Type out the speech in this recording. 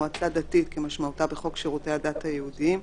"מועצה דתית" כמשמעותה בחוק שירותי הדת היהודיים ,